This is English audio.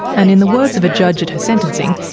and in the words of a judge at her sentencing,